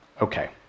okay